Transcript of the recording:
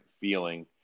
feeling